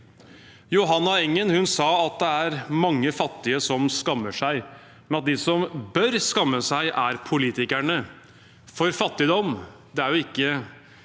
Johanna Engen sa at det er mange fattige som skammer seg, men at de som bør skamme seg, er politikerne. Fattigdom skyldes jo ikke